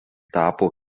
tapo